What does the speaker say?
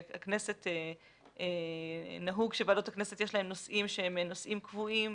בכנסת נהוג שלוועדות הכנסת יש נושאים שהם נושאים קבועים